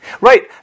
Right